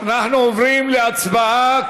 אנחנו עוברים להצבעה.